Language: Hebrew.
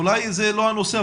אולי זה לא הנושא,